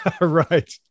Right